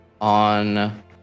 on